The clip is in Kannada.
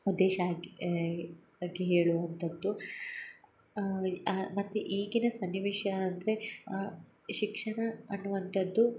ಉದ್ದೇಶ ಆಗ್ ಬಗ್ಗೆ ಹೇಳುವಂಥದ್ದು ಮತ್ತು ಈಗಿನ ಸನ್ನಿವೇಶ ಅಂದರೆ ಆ ಶಿಕ್ಷಣ ಅನ್ನುವಂಥದ್ದು